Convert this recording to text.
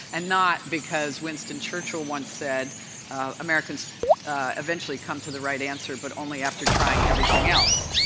and not because winston churchill once said americans eventually come to the right answer but only after trying everything else.